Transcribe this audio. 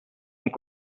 mon